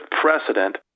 precedent